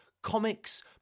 Comics